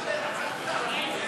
ההצעה להעביר